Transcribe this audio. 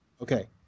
Okay